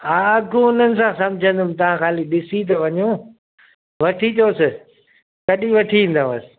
हा अघु हुननि सां सम्झंदुमि तव्हां खाली ॾिसी त वञो वठी अचोसि कॾी वठी ईंदव